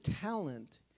talent